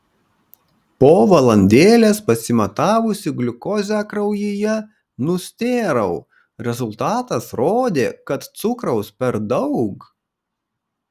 po valandėlės pasimatavusi gliukozę kraujyje nustėrau rezultatas rodė kad cukraus per daug